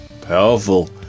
powerful